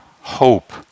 hope